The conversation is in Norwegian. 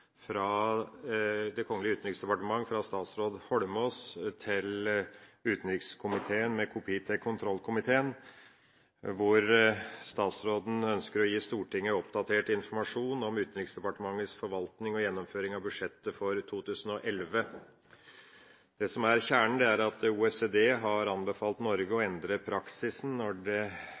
fra Det kongelige utenriksdepartement. Det er fra statsråd Eidsvoll Holmås til utenrikskomiteen, med kopi til kontrollkomiteen. Statsråden ønsker å gi Stortinget oppdatert informasjon om Utenriksdepartementets forvaltning og gjennomføring av budsjettet for 2011. Det som er kjernen, er at OECD har anbefalt Norge å endre praksisen for når